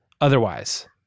otherwise